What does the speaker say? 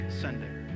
Sunday